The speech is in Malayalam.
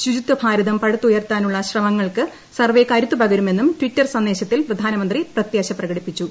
ശുചിത്വഭാരതം പടുത്തുയർത്താനുള്ള ശ്രമങ്ങൾക്ക് സർവേ കരുത്ത് പകരുമെന്നും ടിറ്റർ സന്ദേശത്തിൽ പ്രധാനമന്ത്രി പ്രത്യാശ പ്രകടിപ്പിച്ചു